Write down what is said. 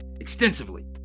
extensively